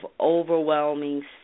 overwhelming